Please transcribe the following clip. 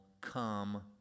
come